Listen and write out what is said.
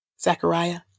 Zechariah